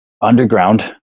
underground